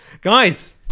Guys